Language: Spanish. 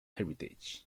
heritage